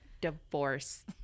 Divorce